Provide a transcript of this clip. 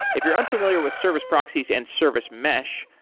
if you're unfamiliar with service proxies and service mesh,